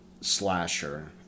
slasher